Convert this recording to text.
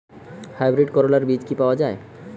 Hybrid করলার বীজ কি পাওয়া যায়?